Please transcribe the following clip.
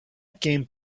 quien